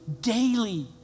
daily